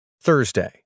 Thursday